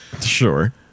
Sure